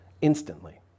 instantly